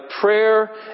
prayer